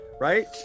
right